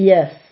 Yes